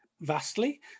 vastly